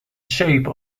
shape